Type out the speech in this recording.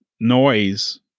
noise